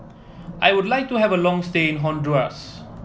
I would like to have a long stay in Honduras